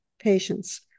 patients